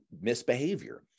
misbehavior